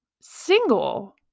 single